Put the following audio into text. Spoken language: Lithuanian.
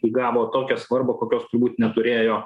įgavo tokią svarbą kokios turbūt neturėjo